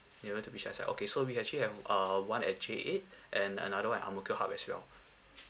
nearer to bishan side okay so we actually have err one at J eight and another one in ang mo kio hub as well